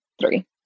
three